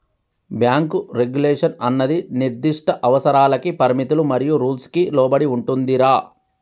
bank regulation అన్నది నిర్దిష్ట అవసరాలకి పరిమితులు మరియు రూల్స్ కి లోబడి ఉంటుందిరా